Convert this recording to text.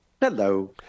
Hello